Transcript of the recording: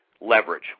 leverage